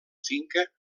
finca